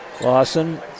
Lawson